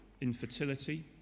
infertility